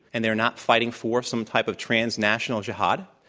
and they are not fighting for some type of transnational jihad.